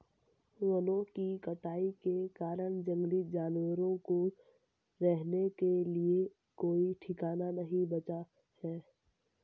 वनों की कटाई के कारण जंगली जानवरों को रहने के लिए कोई ठिकाना नहीं बचा है